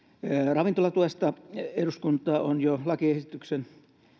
ravintolatuessa eduskunta on jo lakiesityksen